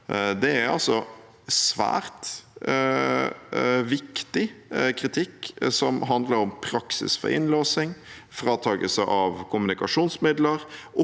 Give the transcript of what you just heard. Det er svært viktig kritikk, som handler om praksis for innlåsing, fratakelse av kommunikasjonsmidler